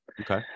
Okay